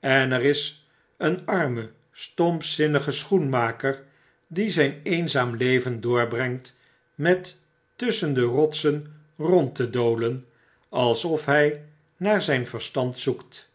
en er is een arme stompzinnige schoenmaker die zijn eenzaam leven doorbrengt met tusschen de rotsen rond te dolen alsof hij naar zyn verstand zoekt